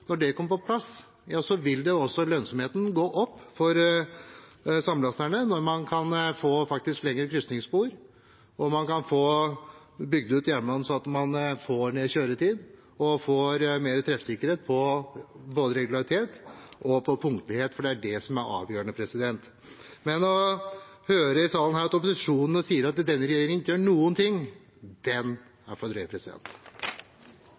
når man kan få lengre krysningsspor og kan få bygd ut jernbanen. Slik får man ned kjøretiden og får mer treffsikkerhet når det gjelder både regularitet og punktlighet, for det er det som er avgjørende. Å høre opposisjonen si her i salen at denne regjeringen ikke gjør noen ting,